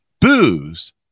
Booze